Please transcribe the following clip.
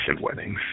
weddings